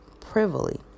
privily